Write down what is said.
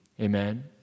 Amen